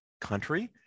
country